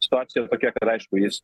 situacija yra tokia kad aišku jis